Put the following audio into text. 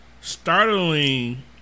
Startling